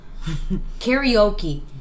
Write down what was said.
karaoke